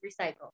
recycle